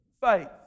faith